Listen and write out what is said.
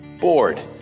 bored